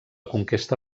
conquesta